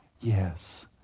Yes